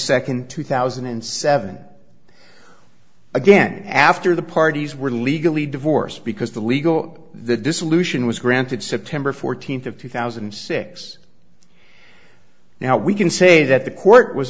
second two thousand and seven again after the parties were legally divorced because the legal the dissolution was granted september fourteenth of two thousand and six now we can say that the court was